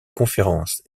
conférences